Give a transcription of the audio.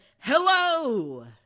hello